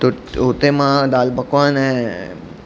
त हुते मां दालि पकवान ऐं